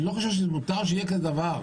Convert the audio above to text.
אני לא חושב שמותר שיהיה כזה דבר,